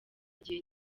igihe